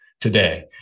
today